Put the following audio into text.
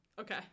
Okay